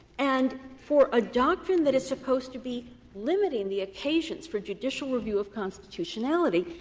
and for a doctrine that is supposed to be limiting the occasions for judicial review of constitutionality,